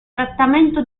trattamento